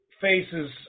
faces